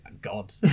God